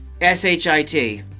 S-H-I-T